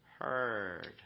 heard